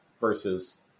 versus